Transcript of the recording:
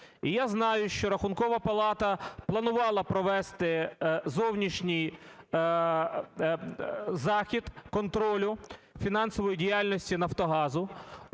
Я знаю, що Рахункова палата планувала провести зовнішній захід контролю фінансової діяльності "Нафтогазу".